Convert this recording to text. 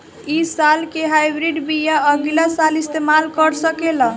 इ साल के हाइब्रिड बीया अगिला साल इस्तेमाल कर सकेला?